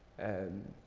and